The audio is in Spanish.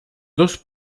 dos